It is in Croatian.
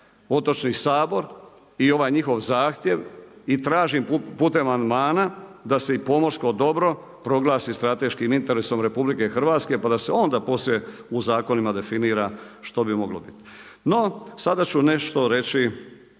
Otočni sabor i ovaj njihov zahtjev. I tražim putem amandmana da se i pomorsko dobro proglasi strateškim interesom Republike Hrvatske, pa da se onda poslije u zakonima definira što bi moglo biti. No, sada ću nešto reći